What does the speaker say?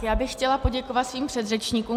Já bych chtěla poděkovat svým předřečníkům.